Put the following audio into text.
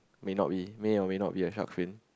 may not be may or may not be a shark fin